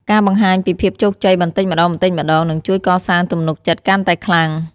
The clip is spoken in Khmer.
ការបង្ហាញពីភាពជោគជ័យបន្តិចម្តងៗ នឹងជួយកសាងទំនុកចិត្តកាន់តែខ្លាំង។